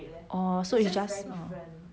orh so it's just um